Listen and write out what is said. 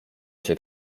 się